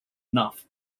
enough